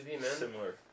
similar